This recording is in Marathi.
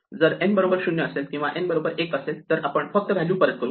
जर n बरोबर 0 असेल किंवा n बरोबर 1 असेल तर आपण फक्त व्हॅल्यू परत करू